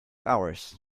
hours